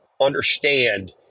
understand